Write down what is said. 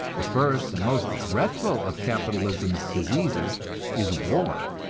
the first and most dreadful of capitalism's diseases is war,